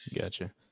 Gotcha